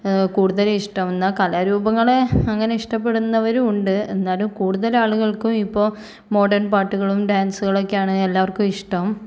കൂടുതലിഷ്ടം എന്നമ്ല് കലാരൂപങ്ങൾ അങ്ങനെ ഇഷ്ടപ്പെടുന്നവരും ഉണ്ട് എന്നാലും കൂടുതലാളുകൾക്കും ഇപ്പോൾ മോഡേൺ പാട്ടുകളും ഡാൻസുകളൊക്കെയാണ് എല്ലാവർക്കും ഇഷ്ടം